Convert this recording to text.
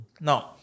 now